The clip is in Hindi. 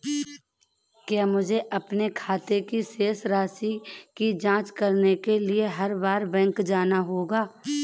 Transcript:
क्या मुझे अपने खाते की शेष राशि की जांच करने के लिए हर बार बैंक जाना होगा?